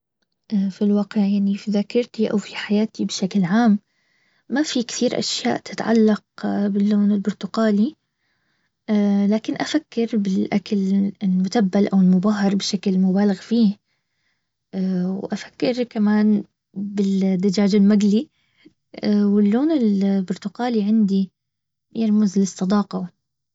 في الواقع يعني في ذاكرتي او في حياتي بشكل عام. ما في كثير اشياء تتعلق باللون البرتقالي. لكن افكر بالاكل المتبل او المبهر بشكل مبالغ فيه. اوافكر كمان بالدجاج المقلي. الون البرتقالي عندي يرمز للصداقة